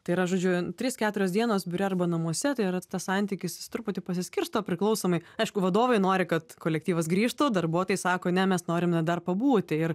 tai yra žodžiu trys keturios dienos biure arba namuose tai yra tas santykis jis truputį pasiskirsto priklausomai aišku vadovai nori kad kolektyvas grįžtų darbuotojai sako ne mes norim na dar pabūti ir